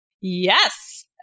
Yes